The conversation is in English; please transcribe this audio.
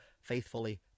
faithfully